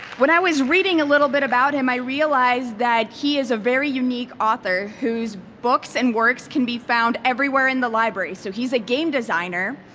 when i was reading a little bit about him, i realized that he is a very unique author whose books and works can be found everywhere in the library. so he's a game designer.